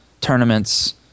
tournaments